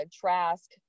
Trask